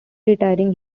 retiring